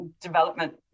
development